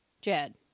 Jed